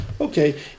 Okay